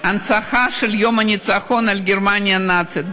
הנצחה של יום הניצחון על גרמניה הנאצית,